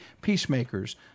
peacemakers